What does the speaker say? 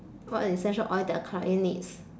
what essential oil their client needs